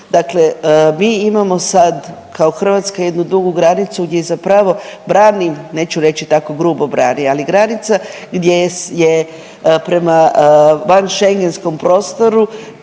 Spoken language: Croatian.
Dakle, mi imamo sad kao Hrvatska jednu drugu granicu gdje zapravo brani, neću reći tako grubo brani, ali granica gdje je prema van Schengenskom prostoru